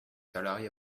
salariés